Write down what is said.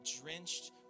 drenched